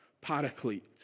paraclete